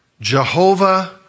Jehovah